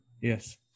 Yes